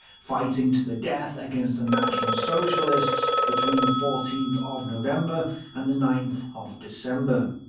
fighting to the death against the national socialists between the fourteenth of november and the ninth of december.